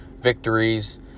victories